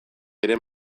ere